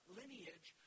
lineage